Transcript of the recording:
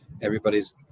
everybody's